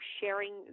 sharing